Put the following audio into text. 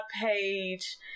page